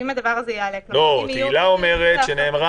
הדבר הזה יעלה --- תהלה אומרת שנאמרה